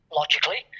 logically